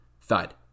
thud